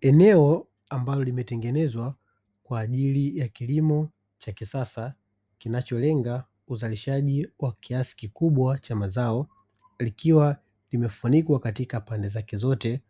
Eneo ambalo limetengenezwa kwa ajili ya kilimo cha kisasa kinacholenga uzalishaji wa kiasi kikubwa cha mazao, likiwa limefunikwa katika pande zake zote,